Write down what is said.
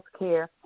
healthcare